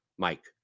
Mike